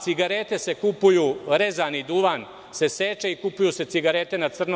Cigarete se kupuju, rezani duvan se seče i kupuju se cigarete na crno.